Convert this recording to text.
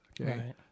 okay